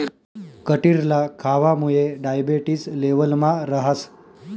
कटिरला खावामुये डायबेटिस लेवलमा रहास